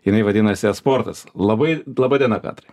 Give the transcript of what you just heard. jinai vadinasi e sportas labai laba diena petrai